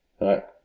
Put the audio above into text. right